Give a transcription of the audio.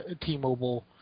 T-Mobile